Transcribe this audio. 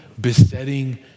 besetting